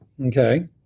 Okay